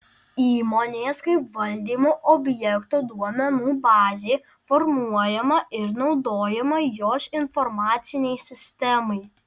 įmonės kaip valdymo objekto duomenų bazė formuojama ir naudojama jos informacinei sistemai